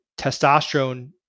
testosterone